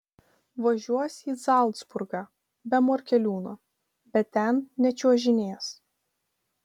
važiuos į zalcburgą be morkeliūno bet ten nečiuožinės